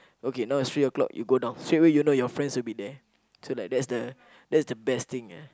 okay now it's three o-clock you go down straightaway you know your friends will be there so like that's the that's the best thing ah